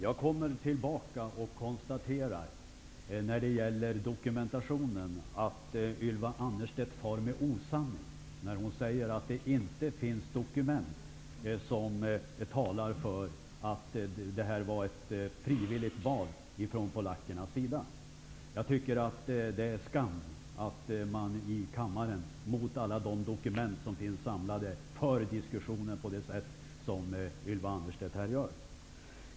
Herr talman! Jag konstaterar återigen att Ylva Annerstedt far med osanning ifråga om dokumentationen. Hon säger att det inte finns dokument som talar för att det är fråga om ett frivilligt val från polackernas sida. Jag tycker att det är skamligt att i kammaren, med tanke på de samlade dokumenten, föra en diskussion på det sätt som Ylva Annerstedt gör.